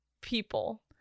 people